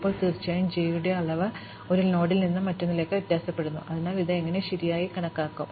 ഇപ്പോൾ തീർച്ചയായും j യുടെ അളവ് ഒരു നോഡിൽ നിന്ന് മറ്റൊന്നിലേക്ക് വ്യത്യാസപ്പെടുന്നു അതിനാൽ ഞങ്ങൾ ഇത് എങ്ങനെ ശരിയായി കണക്കാക്കും